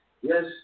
Yes